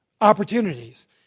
opportunities